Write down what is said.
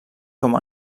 com